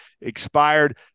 expired